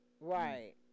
Right